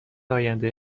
آینده